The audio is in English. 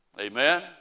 Amen